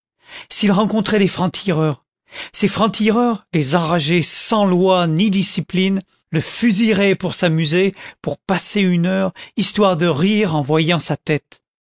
s'il rencontrait des francs-tireurs ces francs-tireurs des enragés sans loi ni discipline le fusilleraient pour s'amuser pour passer une heure histoire de rire en voyant sa tête